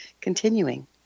continuing